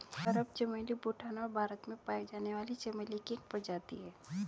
अरब चमेली भूटान और भारत में पाई जाने वाली चमेली की एक प्रजाति है